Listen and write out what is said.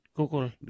Google